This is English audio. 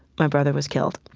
my brother was killed,